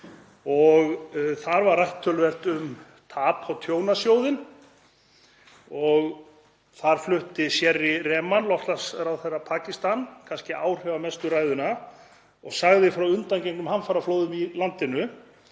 Þar var rætt töluvert um tap- og tjónasjóðinn og þar flutti Sherry Rehman, loftslagsráðherra Pakistan, kannski áhrifamestu ræðuna. Hún sagði frá undangengnum hamfaraflóðum í landinu,